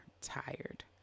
tired